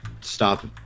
stop